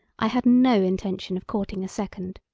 i had no intention of courting a second.